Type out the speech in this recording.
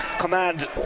command